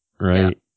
right